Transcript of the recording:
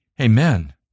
Amen